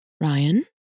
Ryan